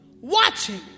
watching